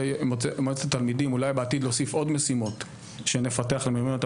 מאוד אולי בעתיד להוסיף עוד משימות כשנפתח מיומנויות.